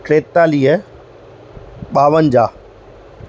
टेतालीह ॿावंजाह